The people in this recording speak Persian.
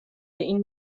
این